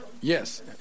yes